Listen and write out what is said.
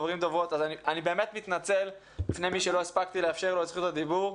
אז אני באמת מתנצל בפני מי שלא הספקתי לאפשר לו את זכות הדיבור,